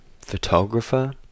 photographer